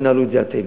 תנהלו את זה אתם.